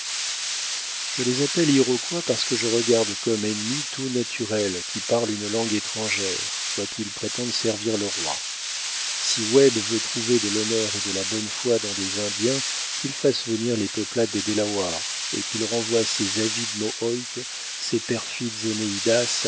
je les appelle iroquois parce que je regarde comme ennemi tout naturel qui parle une langue étrangère quoiqu'il prétende servir le roi si webb veut trouver de l'honneur et de la bonne foi dans des indiens qu'il fasse venir les peuplades des delawares et qu'il renvoie ses avides mohawks ses perfides